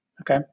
Okay